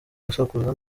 gusakuza